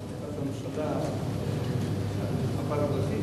כתוב בהחלטת הממשלה במפת הדרכים,